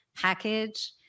package